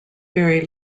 very